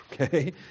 okay